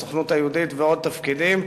הסוכנות היהודית ועוד תפקידים,